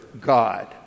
God